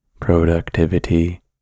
productivity